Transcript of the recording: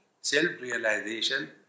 self-realization